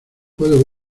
puedo